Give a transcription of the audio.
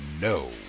no